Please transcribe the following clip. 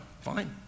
fine